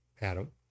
Adam